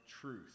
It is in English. truth